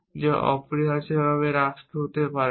যা অপরিহার্যভাবে রাষ্ট্র হতে পারে না